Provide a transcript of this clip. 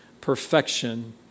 perfection